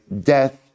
death